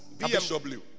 bmw